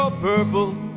purple